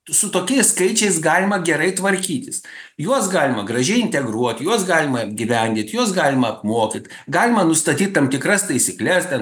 su tokiais skaičiais galima gerai tvarkytis juos galima gražiai integruot juos galima apgyvendint juos galima apmokyt galima nustatyt tam tikras taisykles ten